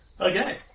Okay